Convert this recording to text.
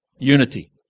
Unity